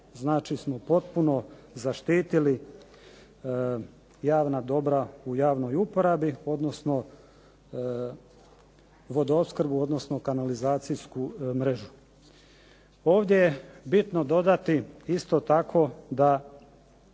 znači smo potpuno zaštitili javna dobra u javnoj uporabi, odnosno vodoopskrbu, odnosno kanalizacijsku mrežu. Ovdje je bitno dodati isto tako da